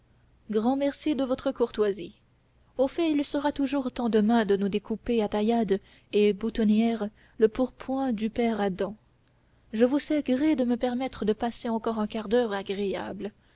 grand merci de votre courtoisie au fait il sera toujours temps demain de nous découper à taillades et boutonnières le pourpoint du père adam je vous sais gré de me permettre de passer encore un quart d'heure agréable